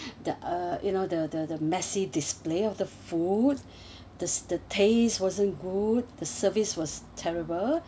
the uh you know the the messy display of the food the the tastes wasn't good the service was terrible